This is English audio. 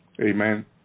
Amen